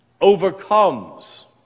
overcomes